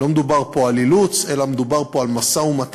לא מדובר פה על אילוץ אלא מדובר פה על משא-ומתן,